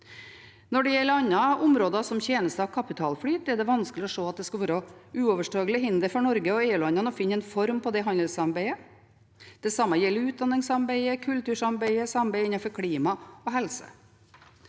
Når det gjelder andre områder som tjenester og kapitalflyt, er det vanskelig å se at det skal være et uoverstigelig hinder for Norge og EU-landene å finne en form på det handelssamarbeidet. Det samme gjelder utdanningssamarbeidet, kultursamarbeidet og samarbeid innenfor klima og helse.